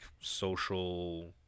social